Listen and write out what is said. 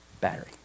battery